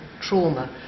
trauma